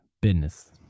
Business